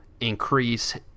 increase